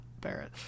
Barrett